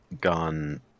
gone